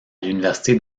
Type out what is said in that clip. l’université